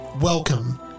Welcome